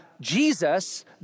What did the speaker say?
Jesus